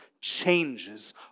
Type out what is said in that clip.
changes